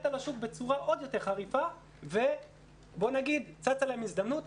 על השוק בצורה עוד יותר חריפה ובוא נגיד שצצה להם הזדמנות,